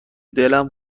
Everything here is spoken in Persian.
دلم